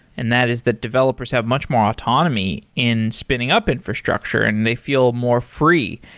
and that is the developers have much more autonomy in spinning up infrastructure and they feel more free.